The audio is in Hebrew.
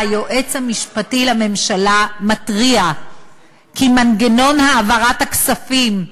היועץ המשפטי לממשלה מתריע כי מנגנון העברת הכספים,